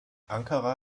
ankara